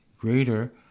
greater